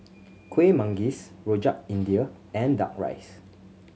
Kueh Manggis Rojak India and Duck Rice